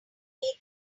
eat